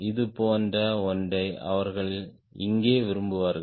இதுபோன்ற ஒன்றை அவர்கள் இங்கே விரும்புவார்கள்